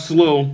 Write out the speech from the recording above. Slow